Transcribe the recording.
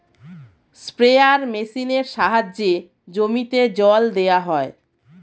sprayer মেশিনের সাহায্যে জমিতে জল দেওয়া হয়